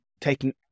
taking